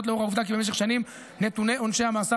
לאור העובדה כי במשך שנים נתוני עונשי המאסר